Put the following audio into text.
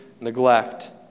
neglect